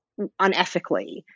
unethically